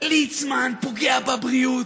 ליצמן פוגע בבריאות,